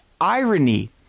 irony